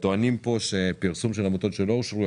טוענים שפרסום של עמותות שלא אושרו,